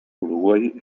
uruguay